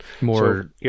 More